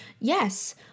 yes